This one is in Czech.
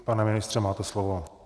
Pane ministře, máte slovo.